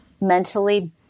mentally